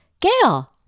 Gail